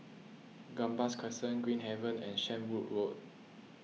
Gambas Crescent Green Haven and Shenvood Road